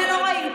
את זה לא ראיתי.